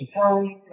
time